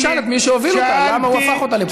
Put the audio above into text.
בוא תשאל את מי שהוביל אותה למה הוא הפך אותה לפוליטית.